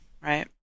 right